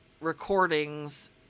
recordings